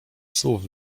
słów